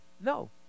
No